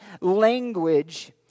language